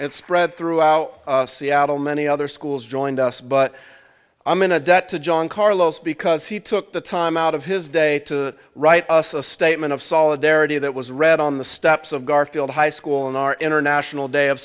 and spread throughout seattle many other schools joined us but i'm in a debt to john carlos because he took the time out of his day to write us a statement of solidarity that was read on the steps of garfield high school in our international day of